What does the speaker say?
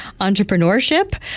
entrepreneurship